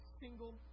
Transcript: single